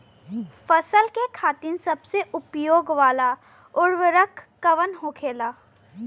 फसल के खातिन सबसे उपयोग वाला उर्वरक कवन होखेला?